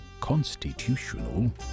constitutional